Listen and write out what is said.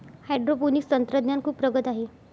hydroponics तंत्रज्ञान खूप प्रगत आहे